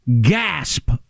gasp